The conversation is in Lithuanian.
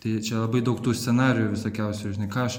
čia labai daug tų scenarijų visokiausių žinai ką aš